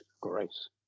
Grace